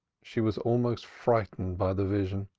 she was almost frightened by the vision.